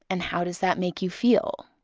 and how does that make you feel?